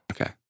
okay